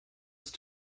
ist